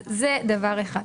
זה דבר אחד.